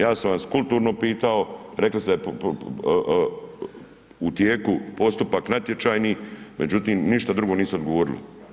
Ja sam vas kulturno pitao, rekli ste da je u tijeku postupak natječajni međutim ništa drugo niste odgovorili.